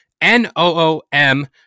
N-O-O-M